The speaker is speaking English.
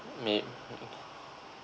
meet